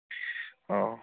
ꯑꯥꯎ